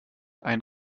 ein